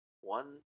one